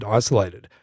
isolated